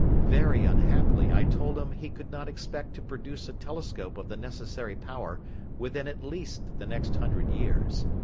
very unhappily i told him he could not expect to produce a telescope of the necessary power within at least the next hundred years.